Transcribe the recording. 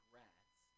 rats